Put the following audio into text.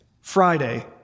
Friday